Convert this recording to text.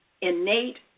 innate